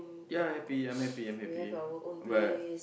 ya happy I'm happy I'm happy ya but